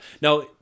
Now